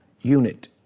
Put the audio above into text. unit